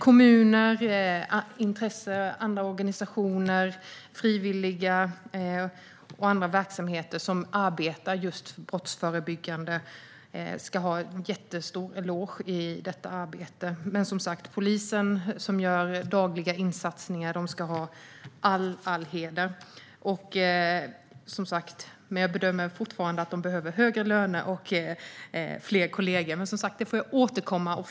Kommun, organisationer, frivilliga och andra verksamheter som arbetar brottsförebyggande ska ha en stor eloge för detta arbete, och polisen, som gör dagliga insatser, ska ha all heder. Jag bedömer dock att polisen behöver högre löner och fler kollegor, men det får jag återkomma till.